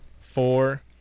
Four